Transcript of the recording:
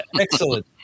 Excellent